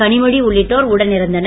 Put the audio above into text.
கனிமொழி உள்ளிட்டோர் உடனிருந்தனர்